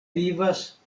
vivas